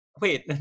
Wait